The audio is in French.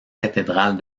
cathédrale